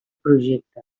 projecte